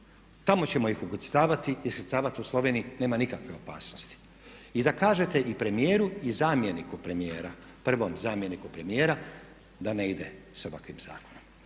Tamo ćemo ih ukrcavati i iskrcavati u Sloveniji nema nikakve opasnosti. I da kažete i premijeru i zamjeniku premijera, prvom zamjeniku premijera da ne ide sa ovakvim zakonom.